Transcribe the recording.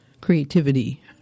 creativity